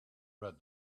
read